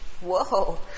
Whoa